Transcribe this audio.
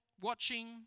watching